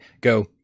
go